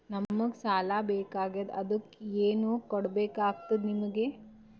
ನಮಗ ಸಾಲ ಬೇಕಾಗ್ಯದ ಅದಕ್ಕ ಏನು ಕೊಡಬೇಕಾಗ್ತದ ನಿಮಗೆ?